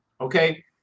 Okay